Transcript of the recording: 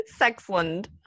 Sexland